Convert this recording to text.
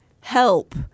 help